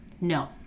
No